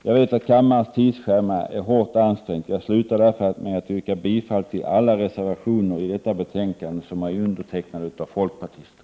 Jag vet ju att kammarens tidsschema är hårt ansträngt. Jag slutar därför med att yrka bifall till alla reservationer i detta betänkande som är undertecknade av folkpartister.